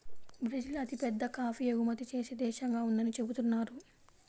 Brazil అతిపెద్ద coffee ఎగుమతి చేసే దేశంగా ఉందని చెబుతున్నారు